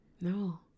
No